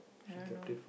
I don't know